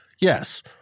Yes